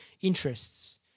interests